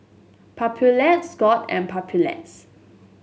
Papulex Scott's and Papulex